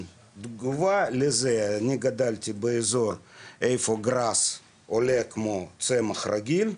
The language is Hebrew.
אני גדלתי במקום שגראס עולה כמו צמח רגיל,